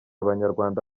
abanyarwanda